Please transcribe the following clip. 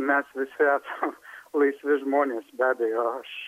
mes visi esam laisvi žmonės be abejo aš